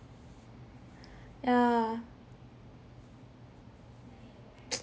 ya